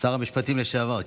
שר המשפטים לשעבר,